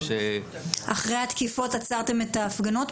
אחרי התקיפות עצרתם את ההפגנות?